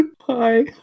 Hi